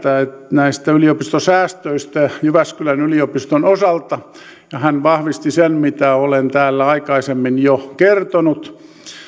näistä yliopistosäästöistä jyväskylän yliopiston osalta ja hän vahvisti sen mitä olen täällä aikaisemmin jo kertonut